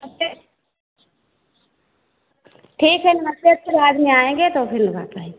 अच्छा ठीक है नमस्ते फिर बाद में आएँगे तो फिर बात करेंगे